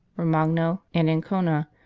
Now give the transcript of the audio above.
romagno, and ancona,